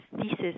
thesis